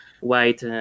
white